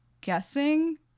guessing